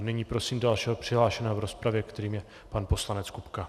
Nyní prosím dalšího přihlášeného v rozpravě, kterým je pan poslanec Kupka.